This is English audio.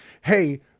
Hey